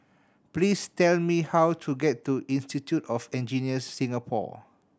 please tell me how to get to Institute of Engineers Singapore